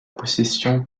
possession